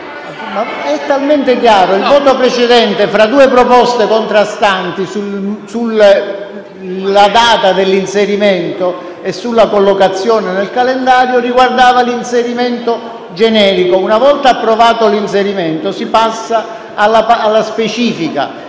È talmente chiaro. Il voto precedente, fra due proposte contrastanti sulla data dell'inserimento e sulla collocazione nel calendario, riguardava l'inserimento generico. Una volta approvato l'inserimento si passa alla specifica;